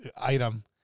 item